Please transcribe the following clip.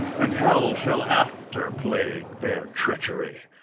and hell shall after plague their treachery.